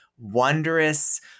wondrous